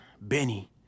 Benny